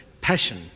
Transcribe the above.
passion